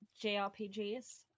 JRPGs